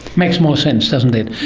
makes more sense, doesn't it?